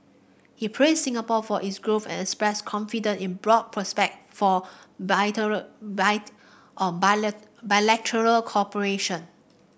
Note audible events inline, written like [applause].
he praised Singapore for its growth and expressed confidence in broad prospects for [unintelligible] bite on [unintelligible] bilateral cooperation